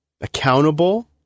accountable